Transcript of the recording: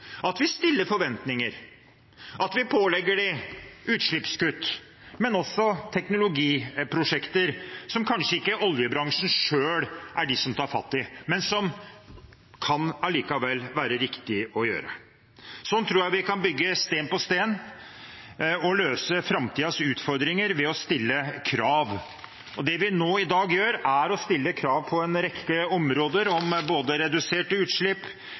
at vi har forventninger, at vi pålegger dem utslippskutt – og også teknologiprosjekter som oljebransjen kanskje ikke tar fatt i selv, men som allikevel kan være riktige å gjøre. Sånn tror jeg vi kan bygge stein på stein og løse framtidens utfordringer ved å stille krav, og det vi nå i dag gjør, er å stille krav på en rekke områder – om både reduserte utslipp,